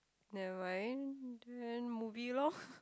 nevermind then movie lor